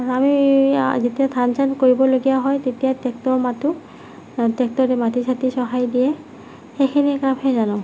আমি যেতিয়া ধান চান কৰিবলগীয়া হয় তেতিয়া টেক্টৰ মাতোঁ টেক্টৰে মাটি চাটি চহাই দিয়ে সেইখিনি কামহে জানো